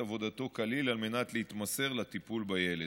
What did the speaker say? עבודתו כליל על מנת להתמסר לטיפול בילד.